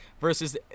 versus